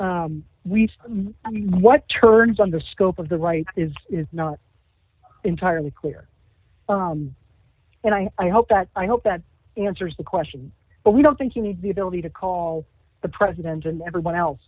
what turns on the scope of the right is not entirely clear and i hope that i hope that answers the question but we don't think you need the ability to call the president and everyone else